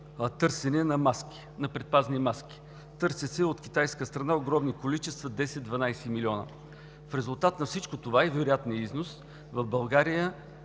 търсене на предпазни маски. От китайска страна се търсят огромни количества: 10 –12 милиона. В резултат на всичко това и вероятния износ, в България